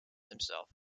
himself